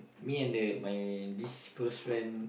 me and the my this close friend